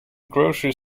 grocery